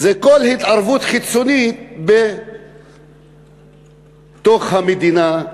זה כל התערבות חיצונית בתוך המדינה,